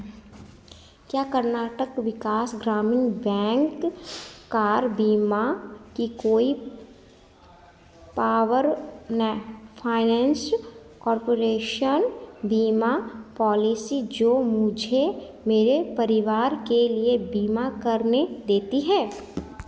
क्या Karnataka Vikas Gramin bank car बीमा की कोई पावर फाइनेंस कॉर्पोरेशन बीमा पॉलिसी है जो मुझे मेरे पूरे परिवार के लिए बीमा करने देती है